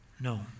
No